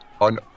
on